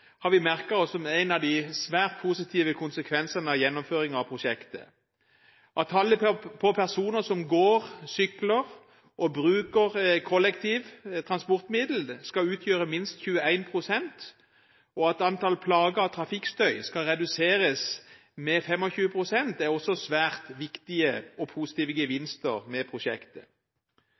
har vi merket oss som en av de svært positive konsekvensene av gjennomføringen av prosjektet. At tallet på personer som går, sykler eller bruker kollektivtransportmiddel, skal utgjøre minst 21 pst., og at antall plagede av trafikkstøy skal reduseres med 25 pst., er også svært viktige og positive gevinster ved prosjektet.